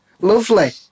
Lovely